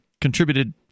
contributed